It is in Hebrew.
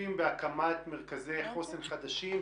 שותפים בהקמת מרכזי חוסן חדשים.